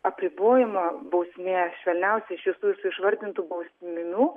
apribojimo bausmė švelniausia iš visų išvardintų bausmių